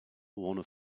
warner